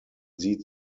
sie